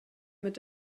mit